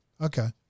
Okay